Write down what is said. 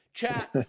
Chat